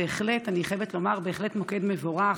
בהחלט, אני חייבת לומר, בהחלט מוקד מבורך.